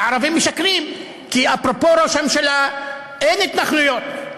והערבים משקרים כי אליבא דראש הממשלה אין התנחלויות.